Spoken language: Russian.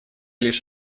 лишь